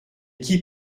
qui